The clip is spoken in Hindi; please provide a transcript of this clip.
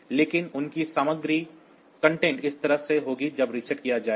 लेकिन उनकी सामग्री इस तरह से होगी जब रीसेट किया जाएगा